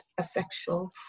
asexual